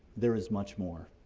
there is much more.